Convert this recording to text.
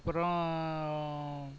அப்புறம்